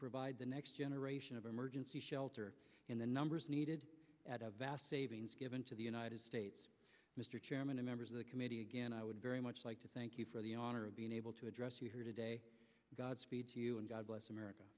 provide the next generation of emergency shelter in the numbers needed at a vast savings given to the united states mr chairman and members of the committee again i would very much like to thank you for the honor of being able to address you here today godspeed to you and god bless america